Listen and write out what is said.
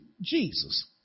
Jesus